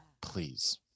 Please